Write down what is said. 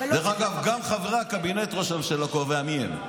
דרך אגב, גם חברי הקבינט, ראש הממשלה קובע מי הם.